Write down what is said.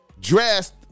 dressed